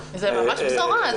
זו ממש בשורה.